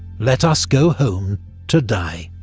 let us go home to die.